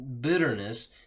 bitterness